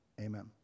Amen